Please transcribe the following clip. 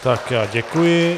Tak já děkuji.